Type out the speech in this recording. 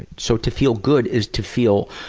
so to feel good is to feel